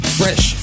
fresh